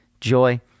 joy